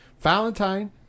valentine